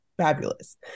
fabulous